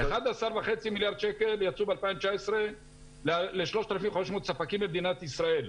11.5 מיליארד שקל יצאו ב-2019 ל-3,500 ספקים במדינת ישראל,